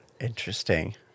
Interesting